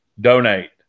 Donate